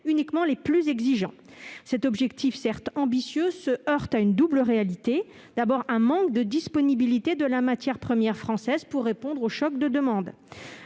aux labels les plus exigeants. Ces objectifs, certes ambitieux, se heurtent à une double réalité : à un manque de disponibilité de la matière première française pour répondre au choc de la demande-